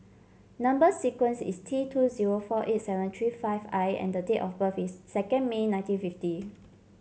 number sequence is T two zero four eight seven three five I and date of birth is second May nineteen fifty